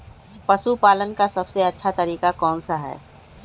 पशु पालन का सबसे अच्छा तरीका कौन सा हैँ?